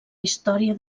història